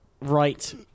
right